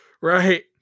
right